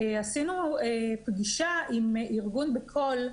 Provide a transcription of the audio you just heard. עשינו אצלנו פגישה עם ארגון "בקול",